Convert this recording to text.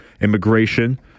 immigration